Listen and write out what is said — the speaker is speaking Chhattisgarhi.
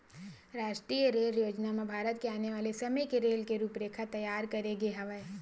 रास्टीय रेल योजना म भारत के आने वाले समे के रेल के रूपरेखा तइयार करे गे हवय